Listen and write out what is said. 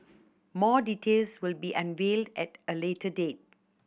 more details will be unveiled at a later date